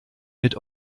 mit